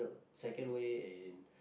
second way in